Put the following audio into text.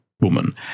woman